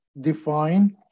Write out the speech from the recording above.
define